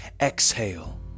Exhale